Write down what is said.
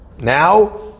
Now